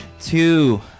two